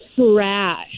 trash